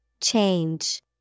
Change